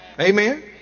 Amen